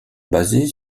basée